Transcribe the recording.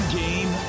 game